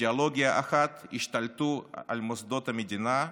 אידיאולוגיה אחת, השתלטו על מוסדות המדינה,